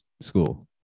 school